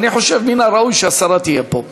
אבל אני חושב שמן הראוי שהשרה תהיה פה.